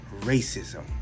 racism